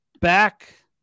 back